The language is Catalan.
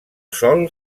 sol